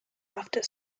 after